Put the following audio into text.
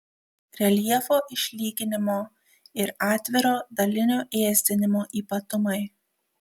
reljefo išlyginimo ir atviro dalinio ėsdinimo ypatumai